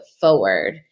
forward